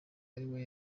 ariwe